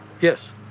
Yes